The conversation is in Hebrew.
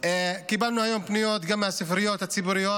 קיבלנו היום פניות גם מהספריות הציבוריות,